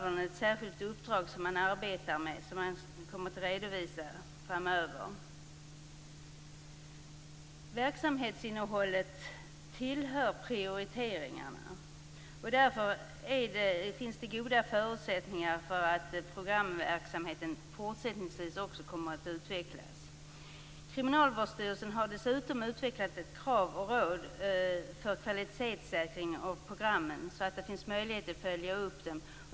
Det kommer man att redovisa framöver. Verksamhetsinnehållet tillhör prioriteringarna. Därför finns det goda förutsättningar för att programverksamheten fortsättningsvis också kommer att utvecklas. Kriminalvårdsstyrelsen har dessutom utvecklat krav och råd för kvalitetssäkring av programmen så att det finns möjlighet att följa upp dem.